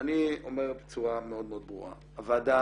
אני אומר בצורה מאוד מאוד ברורה הוועדה